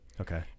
Okay